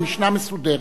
עם משנה מסודרת,